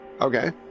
Okay